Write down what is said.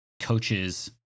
coaches